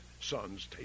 son's